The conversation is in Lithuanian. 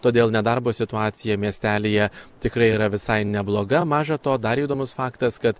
todėl nedarbo situacija miestelyje tikrai yra visai nebloga maža to dar įdomus faktas kad